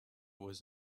was